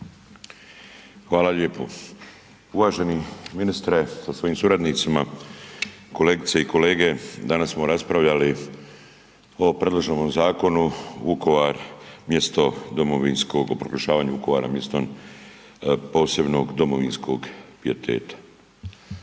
Hvala lijepo. Uvaženi ministre sa svojim suradnicima, kolegice i kolege danas smo raspravljali o predloženom zakonu Vukovar mjesto domovinskog, o proglašavanju Vukovara mjestom posebnog domovinskog pijeteta.